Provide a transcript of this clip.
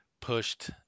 pushed